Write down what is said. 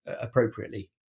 appropriately